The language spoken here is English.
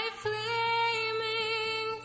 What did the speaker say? flaming